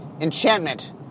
Enchantment